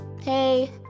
hey